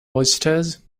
oysters